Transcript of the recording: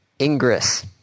Ingress